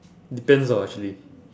depends ah actually